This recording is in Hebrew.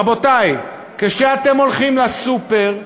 רבותי, כשאתם הולכים לסופר,